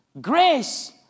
Grace